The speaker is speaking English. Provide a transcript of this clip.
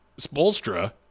Spolstra